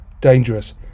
Dangerous